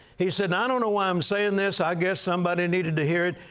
he said, i don't know why i'm saying this. i guess somebody needed to hear it.